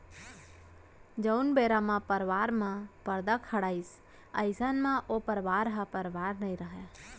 जउन बेरा म परवार म परदा खड़ाइस अइसन म ओ परवार ह परवार नइ रहय